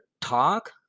talk